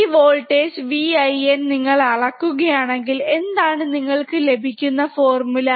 ഈ voltage Vin നിങ്ങൾ അളക്കുക ആണെങ്കിൽ എന്താണ് നിങ്ങൾക് ലഭിക്കുന്ന ഫോർമുല